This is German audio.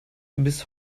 bis